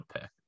pick